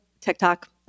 TikTok